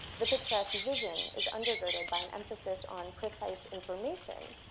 the picturesque vision is under-girded by an emphasis on precise information.